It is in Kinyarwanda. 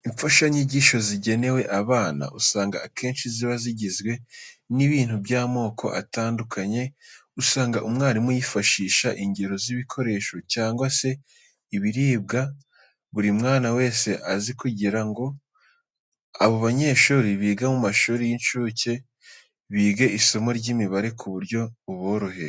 Imfashanyigisho zigenewe abana usanga akenshi ziba zigizwe n'ibintu by'amoko atandukanye. Usanga mwarimu yifashisha ingero z'ibikoresho cyangwa se ibiribwa buri mwana wese azi kugira ngo abo banyeshuri biga mu mashuri y'incuke bige isomo ry'imibare mu buryo buboroheye.